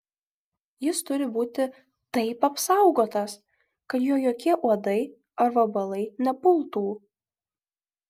jis turi būti taip apsaugotas kad jo jokie uodai ar vabalai nepultų